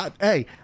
Hey